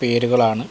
പേരുകളാണ്